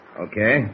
Okay